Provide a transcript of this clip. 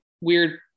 weird